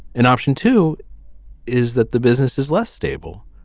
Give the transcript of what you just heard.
and option two is that the business is less stable